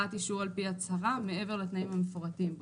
אישור על פי הצהרה מעבר לתנאים המפורטים בו.